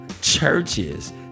churches